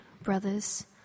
brothers